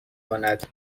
کند